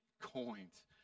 coins